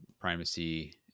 Primacy